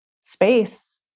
space